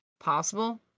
Possible